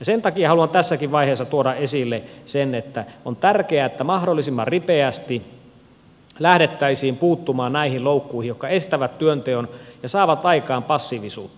sen takia haluan tässäkin vaiheessa tuoda esille sen että on tärkeää että mahdollisimman ripeästi lähdettäisiin puuttumaan näihin loukkuihin jotka estävät työnteon ja saavat aikaan passiivisuutta